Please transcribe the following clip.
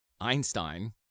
Einstein